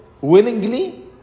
willingly